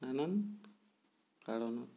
নানান কাৰণত